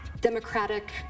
democratic